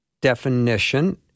definition